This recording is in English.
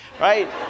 right